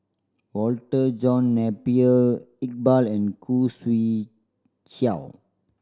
Walter John Napier Iqbal and Khoo Swee Chiow